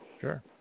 Sure